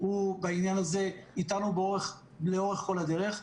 הוא בעניין הזה איתנו לאורך כל הדרך.